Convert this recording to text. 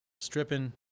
stripping